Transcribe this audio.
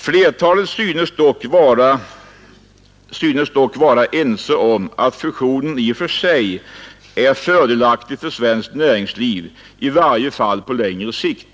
——— Flertalet synes dock vara ense om att fusionen i och för sig är fördelaktig för svenskt näringsliv, i varje fall på längre sikt.